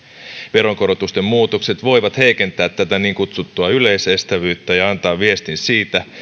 veronkorotusten muutokset voivat heikentää tätä niin kutsuttua yleisestävyyttä ja antaa viestin siitä